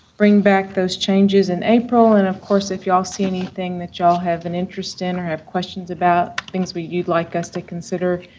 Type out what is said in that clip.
bring back those changes in april. and, of course, if y'all see anything that y'all have an interest in or have questions about, things that you'd like us to consider,